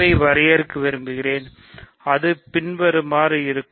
வை வரையறுக்க விரும்புகிறேன் அது பின்வருமாறு இருக்கும்